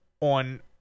on